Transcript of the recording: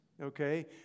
okay